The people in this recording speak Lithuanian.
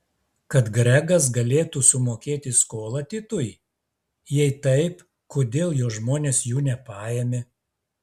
kad gregas galėtų sumokėti skolą titui jei taip kodėl jo žmonės jų nepaėmė